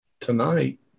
tonight